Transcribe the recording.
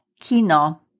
Kino